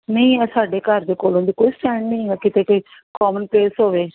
ਨਹੀਂ ਆ ਸਾਡੇ ਘਰ ਦੇ ਕੋਲੋਂ ਵੀ ਕੋਈ ਸਟੈਂਡ ਨਹੀਂ ਹੈਗਾ ਕਿਤੇ ਕੋਈ ਕੋਮਨ ਪਲੇਸ ਹੋਵੇ